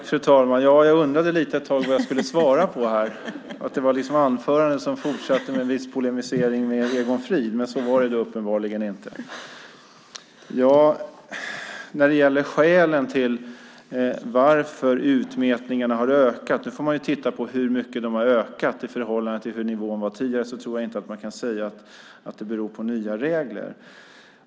Fru talman! Jag undrade ett tag vad jag skulle svara på när Hillevi Larsson i sin replik polemiserade mot Egon Frid. Men så var det uppenbarligen inte. När det gäller varför antalet utmätningar har ökat får man titta på hur stor ökningen har varit i förhållande till hur nivån var tidigare. Jag tror inte att man kan säga att det beror på nya regler.